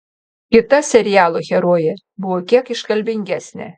kita serialo herojė buvo kiek iškalbingesnė